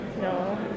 No